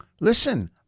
listen